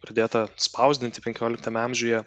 pradėta spausdinti penkioliktame amžiuje